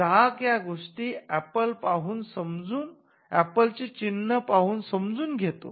ग्राहक या गोष्टी एप्पल चिन्ह पाहून समजून घेतो